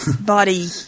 body